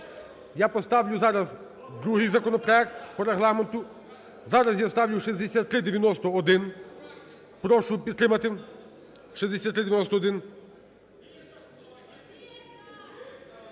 я поставлю зараз другий законопроект по Регламенту. Зараз я ставлю 6391. Прошу підтримати 6391.